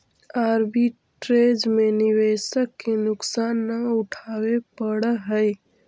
arbitrage में निवेशक के नुकसान न उठावे पड़ऽ है